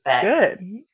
Good